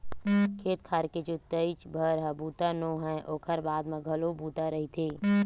खेत खार के जोतइच भर ह बूता नो हय ओखर बाद म घलो बूता रहिथे